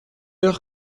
heure